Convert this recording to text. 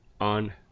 on